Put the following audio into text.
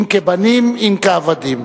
אם כבנים אם כעבדים.